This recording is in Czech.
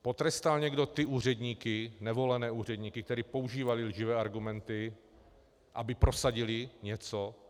Potrestal někdo ty úředníky, nevolené úředníky, kteří používali lživé argumenty, aby prosadili něco?